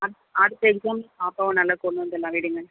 அடுத்த எக்ஸாம் பாப்பாவை நல்லா கொண்டு வந்துடலாம் விடுங்கள்